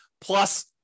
Plus